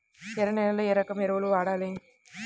ఎర్ర నేలలో ఏ రకం ఎరువులు వాడాలి?